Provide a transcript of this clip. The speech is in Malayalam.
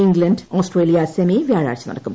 ഇംഗ്ലണ്ട് ഓസ്ട്രേലിയ സെമി വ്യാഴാഴ്ച നടക്കും